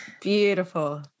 beautiful